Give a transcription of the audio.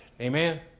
Amen